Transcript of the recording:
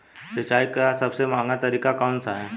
सिंचाई का सबसे महंगा तरीका कौन सा है?